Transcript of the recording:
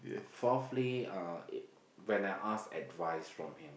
fourthly uh when I ask advice from him